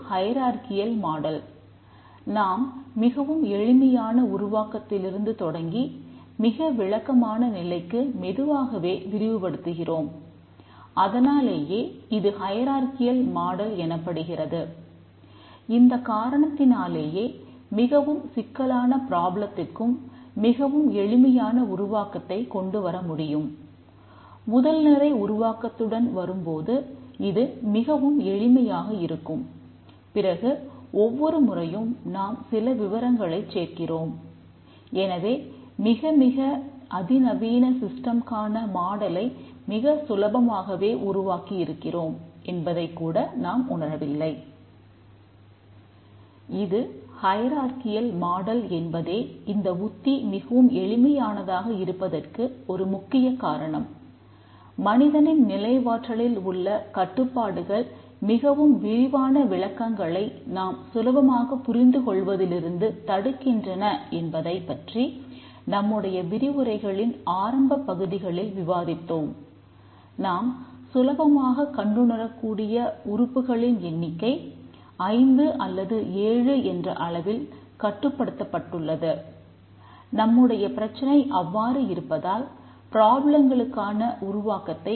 TFT மிக சுலபமாகவே உருவாக்கி இருக்கிறோம் என்பதைக்கூட நாம் உணர்வதில்லை